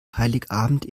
heiligabend